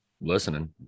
listening